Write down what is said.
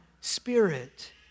Spirit